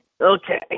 Okay